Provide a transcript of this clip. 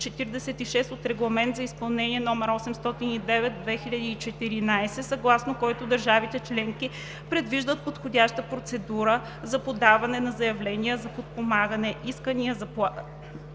от Регламент за изпълнение № 809/2014, съгласно който държавите членки предвиждат подходящи процедури за подаване на заявления за подпомагане, искания за плащане